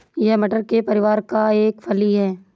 यह मटर के परिवार का एक फली है